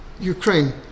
Ukraine